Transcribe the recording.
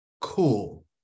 cool